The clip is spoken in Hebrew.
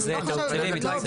אז זה טעות שלי, מתנצל.